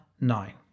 nine